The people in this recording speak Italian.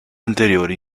anteriori